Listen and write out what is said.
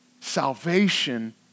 Salvation